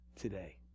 today